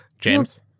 James